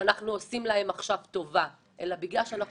ונקווה שהיום